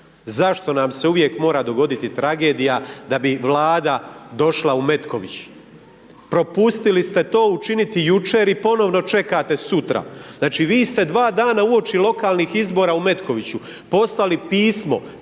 Zašto nam se uvijek mora dogoditi tragedija da bi Vlada došla u Metković, propustili ste to učiniti jučer i ponovno čekate sutra. Znači vi ste dva dana uoči lokalnih izbora u Metkoviću, poslali pismo